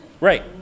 Right